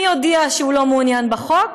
מי הודיע שהוא לא מעוניין בחוק?